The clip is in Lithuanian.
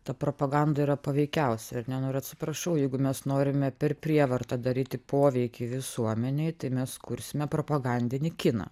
ta propaganda yra paveikiausia ar ne nu ir atsiprašau jeigu mes norime per prievartą daryti poveikį visuomenei tai mes kursime propagandinį kiną